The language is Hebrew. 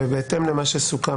תודה.